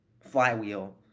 flywheel